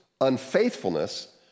unfaithfulness